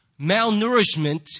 malnourishment